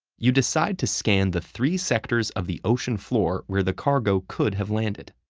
you decide to scan the three sectors of the ocean floor where the cargo could have landed.